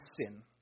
sin